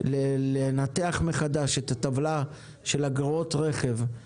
לנתח מחדש את הטבלה של אגרות הרכב, להקל,